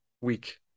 week